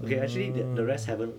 okay actually th~ the rest haven't